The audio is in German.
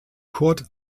kurt